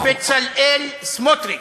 בצלאל סמוטריץ,